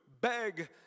beg